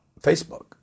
Facebook